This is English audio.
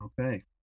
Okay